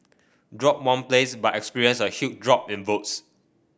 dropped one place but experienced a huge drop in votes